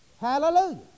hallelujah